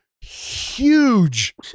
huge